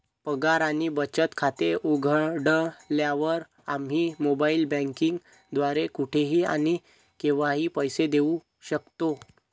पगार आणि बचत खाते उघडल्यावर, आम्ही मोबाइल बँकिंग द्वारे कुठेही आणि केव्हाही पैसे देऊ शकतो